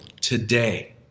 today